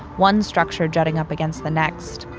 one structure jetting up against the next,